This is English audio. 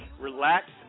relax